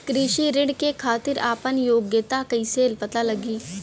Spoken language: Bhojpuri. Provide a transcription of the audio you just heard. कृषि ऋण के खातिर आपन योग्यता कईसे पता लगी?